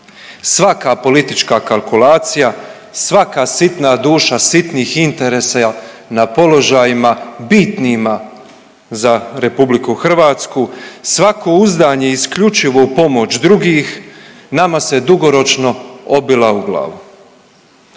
Svaka politička kalkulacija, svaka sitna duša, sitnih interesa na položajima bitnima za RH, svako uzdanje isključivo u pomoć drugih nama se dugoročno obila u glavu.